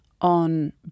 on